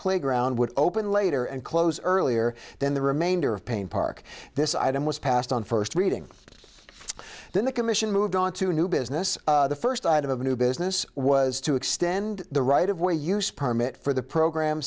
playground would open later and close earlier than the remainder of pain park this item was passed on first reading then the commission moved on to new business the first item of a new business was to extend the right of way use permit for the program